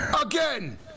again